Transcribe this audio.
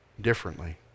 differently